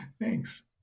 Thanks